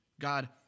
God